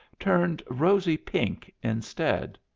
turned rosy pink instead.